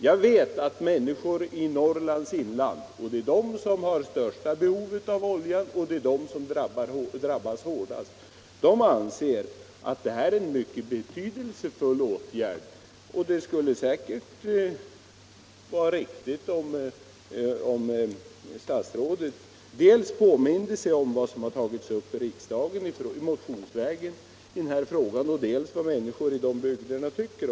Jag vet dock att människor i Norrlands inland — det är de som har det största behovet av olja, och det är de som drabbas hårdast — anser att detta är en mycket betydelsefull åtgärd. Därför skulle det vara bra om statsrådet dels påminde sig vad som förekommit när denna fråga tidigare har tagits upp motionsvägen i riksdagen, dels tog hänsyn till vad människorna i de berörda bygderna tycker.